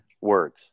words